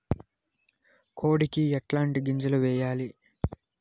కోడికి ఎట్లాంటి గింజలు వేయాలి?